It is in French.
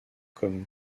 comme